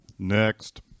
Next